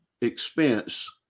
expense